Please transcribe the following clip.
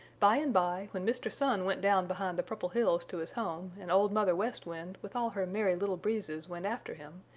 by and by when mr. sun went down behind the purple hills to his home and old mother west wind with all her merry little breezes went after him,